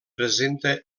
presenta